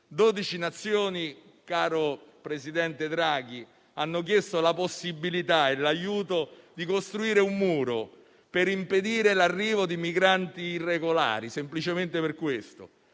Signor presidente Draghi, 12 Nazioni hanno chiesto la possibilità e l'aiuto per costruire un muro, per impedire l'arrivo di migranti irregolari (semplicemente per questo),